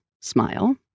smile